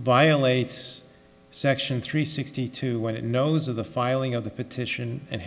violates section three sixty two when it knows of the filing of the petition and